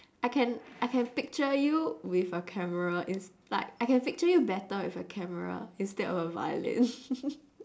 I can I can picture you with a camera it's like I can picture you better with a camera instead of a violin